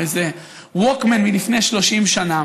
או איזה ווקמן מלפני 30 שנה,